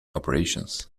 operations